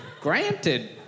Granted